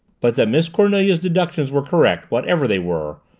but that miss cornelia's deductions were correct, whatever they were,